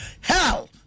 Hell